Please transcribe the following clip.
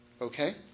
okay